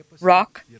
Rock